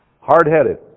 Hard-headed